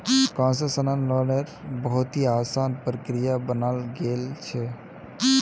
concessional लोन्नेर बहुत ही असान प्रक्रिया बनाल गेल छे